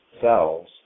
Cells